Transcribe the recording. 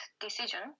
decision